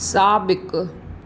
साबिक़ु